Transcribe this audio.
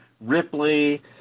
Ripley